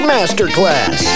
Masterclass